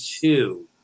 two